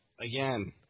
again